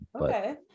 okay